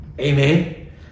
Amen